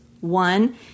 one